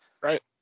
Right